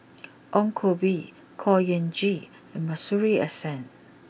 Ong Koh Bee Khor Ean Ghee and Masuri S N